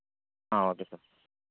ആ okay sir